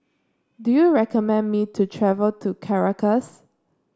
do you recommend me to travel to Caracas